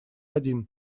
один